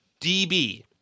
DB